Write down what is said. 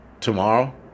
tomorrow